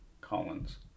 Collins